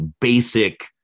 basic